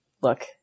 Look